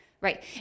Right